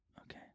okay